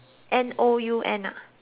N ah